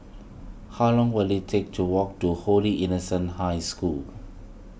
how long will it take to walk to Holy Innocents' High School